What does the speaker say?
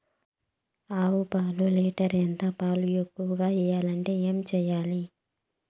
ఆవు పాలు లీటర్ ఎంత? పాలు ఎక్కువగా ఇయ్యాలంటే ఏం చేయాలి?